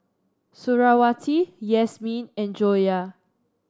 Suriawati Yasmin and Joyah